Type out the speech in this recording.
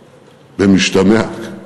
במשתמע,